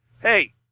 Hey